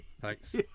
Thanks